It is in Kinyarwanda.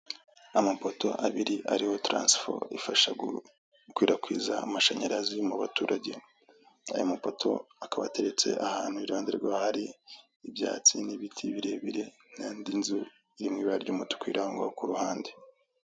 Amapoto abiri ariho taransifo ifasha gukwirakwiza amashanyarazi mu baturage, aya mapoto akaba ateretse ahantu iruhande rw'ahari ibyatsi n'ibiti birebire n'indi nzu iri mu ibara ry'umutuku iri aho ngaho ku ruhande.